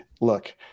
look